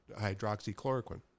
hydroxychloroquine